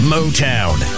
Motown